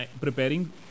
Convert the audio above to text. preparing